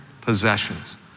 possessions